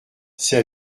c’est